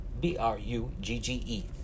B-R-U-G-G-E